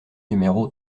numéro